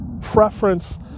preference